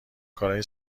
کارای